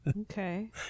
Okay